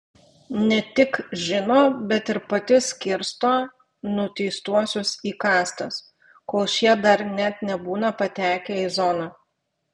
ne tik žino bet ir pati skirsto nuteistuosius į kastas kol šie dar net nebūna patekę į zoną